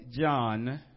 John